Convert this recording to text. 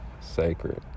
sacred